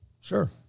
Sure